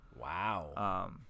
Wow